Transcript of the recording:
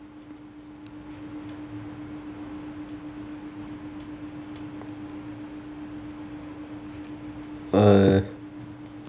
uh